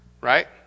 right